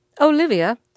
Olivia